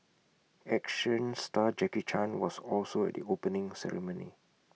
action star Jackie chan was also at the opening ceremony